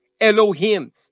Elohim